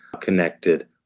connected